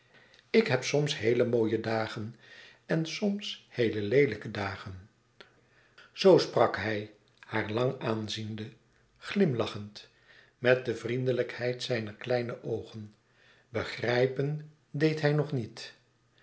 ik heb soms heele mooie dagen en soms heele leelijke dagen zoo sprak hij haar lang aanziende glimlachend met de vriendelijkheid zijner kleine oogen begrijpen deed hij nog niet